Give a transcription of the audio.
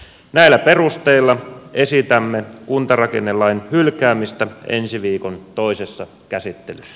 näillä perusteilla esitämme kuntarakennelain hylkäämistä ensi viikon toisessa käsittelyssä